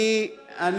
יש תהליך שלום,